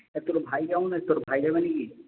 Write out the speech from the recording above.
আর তোর ভাই কেমন আছে তোর ভাই যাবে নাকি